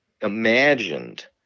imagined